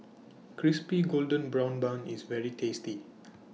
Crispy Golden Brown Bun IS very tasty